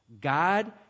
God